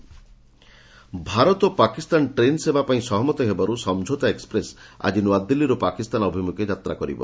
Samjhauta express Bharat ଓ Pakistan train ସେବା ପାଇଁ ସହମତ ହେବାରୁ ସମଝୌତା ଏକ୍କପ୍ରେସ୍ ଆଜି ନୂଆଦିଲ୍ଲୀରୁ ପାକିସ୍ତାନ ଅଭିମୁଖେ ଯାତ୍ରା କରିବ